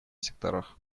секторах